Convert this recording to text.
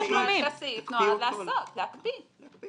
הפונקציות הן לעשות, להקפיא.